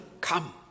come